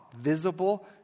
Visible